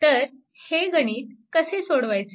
तर हे गणित कसे सोडवायचे